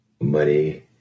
money